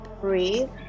Breathe